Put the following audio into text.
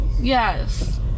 Yes